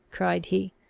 cried he.